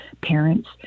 parents